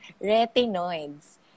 retinoids